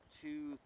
two